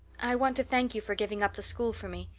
i want to thank you for giving up the school for me.